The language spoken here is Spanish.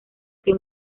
que